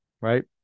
right